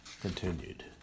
Continued